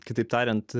kitaip tariant